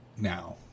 now